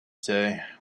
day